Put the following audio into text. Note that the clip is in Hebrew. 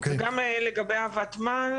גם את אופטימית לגבי הוותמ"ל,